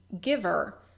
giver